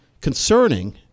concerning